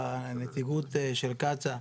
הנציגות של קצא"א,